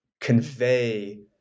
convey